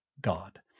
God